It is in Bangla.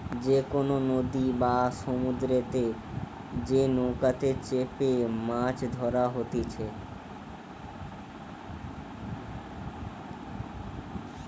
যে কোনো নদী বা সমুদ্রতে যে নৌকাতে চেপেমাছ ধরা হতিছে